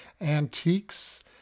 antiques